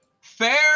Fair